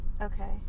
Okay